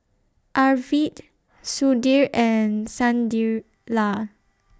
Arvind Sudhir and Sunderlal